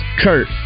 Kurt